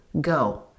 go